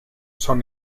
son